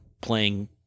playing